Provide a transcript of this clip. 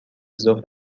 ظهر